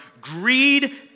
Greed